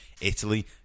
Italy